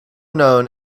known